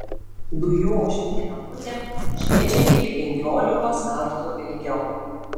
dujošvytė lemputė šviečia iki penkiolikos kartų ilgiau